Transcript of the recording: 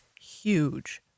huge